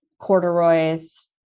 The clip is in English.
corduroys